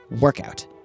workout